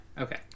okay